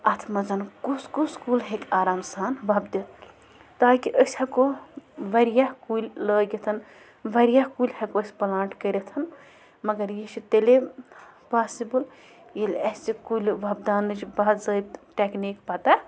اَتھ منٛز کُس کُس کُل ہیٚکہِ آرام سان وۄپدِتھ تاکہِ أسۍ ہٮ۪کو واریاہ کُلۍ لٲگِتھ وارایاہ کُلۍ ہٮ۪کو أسۍ پٕلانٛٹ کٔرِتھ مگر یہِ چھِ تیٚلے پاسِبٕل ییٚلہِ اَسہِ کُلہِ وۄپداونٕچ باضٲپطہٕ ٹٮ۪کنیٖک پَتَہ